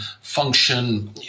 function